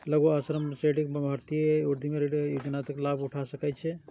लघु आ मध्यम श्रेणीक भारतीय उद्यमी मुद्रा ऋण योजनाक लाभ उठा सकै छै